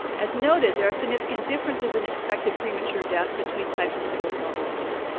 as noted, there are significant differences in expected premature death between types of sickle cell disease,